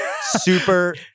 Super